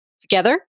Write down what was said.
together